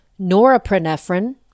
norepinephrine